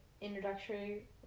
introductory